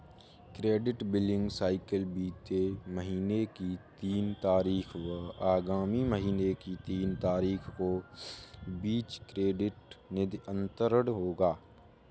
credit billing cycle बीते महीने की तीन तारीख व आगामी महीने की तीन तारीख के बीच क्रेडिट निधि अंतरण होगा